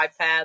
iPad